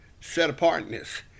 set-apartness